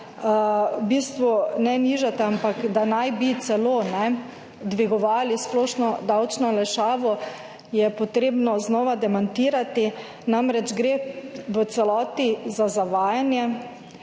v bistvu ne nižate, ampak da naj bi celo ne dvigovali splošno davčno olajšavo, je potrebno znova demantirati. Namreč, gre v celoti za zavajanje.